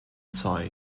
zeug